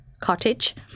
cottage